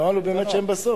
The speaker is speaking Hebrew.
הנוהל הוא באמת שהם בסוף.